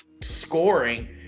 scoring